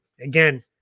again